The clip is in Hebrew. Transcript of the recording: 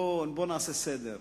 בוא נעשה סדר.